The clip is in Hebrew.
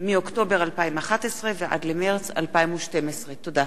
מאוקטובר 2011 ועד למרס 2012. תודה.